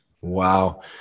wow